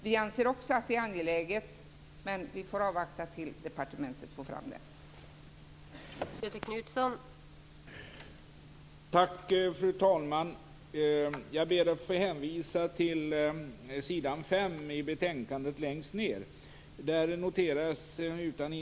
Också utskottet anser att det är angeläget, men vi får avvakta tills departementet får fram ett förslag.